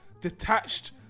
detached